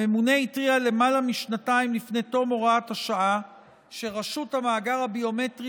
הממונה התריע למעלה משנתיים לפני תום הוראת השעה שרשות המאגר הביומטרי